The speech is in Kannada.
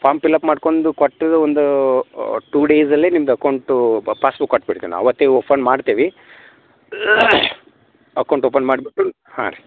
ಫಾರ್ಮ್ ಪಿಲಪ್ ಮಾಡ್ಕೊಂಡು ಕೊಟ್ಟು ಒಂದು ಟೂ ಡೇಸಲ್ಲೇ ನಿಮ್ದು ಅಕೌಂಟೂ ಪಾಸ್ಬುಕ್ ಕೊಟ್ಬಿಡ್ತೇನೆ ಅವತ್ತೇ ಓಪನ್ ಮಾಡ್ತೇವೆ ಅಕೌಂಟ್ ಓಪನ್ ಮಾಡಿಬಿಟ್ಟು ಹಾಂ ರೀ